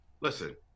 listen